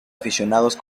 aficionados